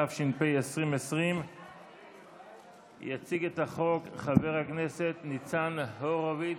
התש"ף 2020. יציג את החוק חבר הכנסת ניצן הורוביץ.